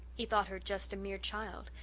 he thought her just a mere child.